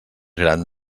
gran